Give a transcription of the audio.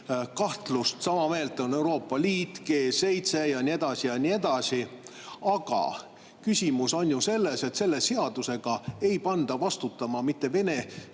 kahtlust. Sama meelt on Euroopa Liit, G7 ja nii edasi. Aga küsimus on ju selles, et selle seadusega ei panda vastutama mitte Vene